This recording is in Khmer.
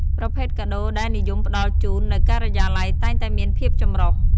ប្រភេទកាដូរដែលនិយមផ្តល់ជូននៅការិយាល័យតែងតែមានភាពចម្រុះ។